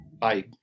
bye